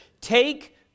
Take